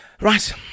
Right